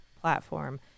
platform